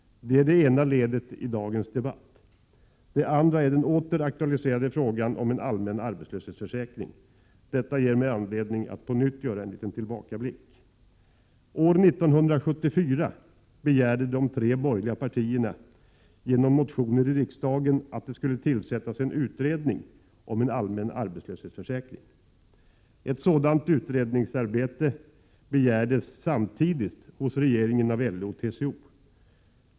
Det är det ena ledet i dagens debatt. Det andra är den åter aktualiserade frågan om en allmän arbetslöshetsförsäkring. Detta ger mig au uvt onunv Unattad Lu ULSUNNIE VIN Sh AuMan ar VEtSuYSuCtiVI San ug. Ett sådant utredningsarbete begärdes samtidigt hos regeringen av LO och TCO.